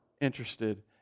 interested